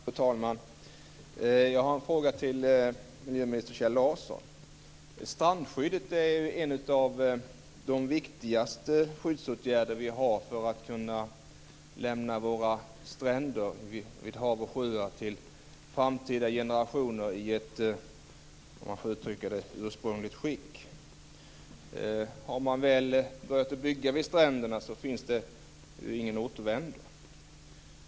Fru talman! Jag har en fråga till miljöminister Strandskyddet är en av de viktigaste skyddsåtgärder vi har för att kunna lämna våra stränder vid hav och sjöar till framtida generationer i ett ursprungligt skick, om jag får uttrycka det så. Har man väl börjat bygga vid stränderna finns det ju ingen återvändo.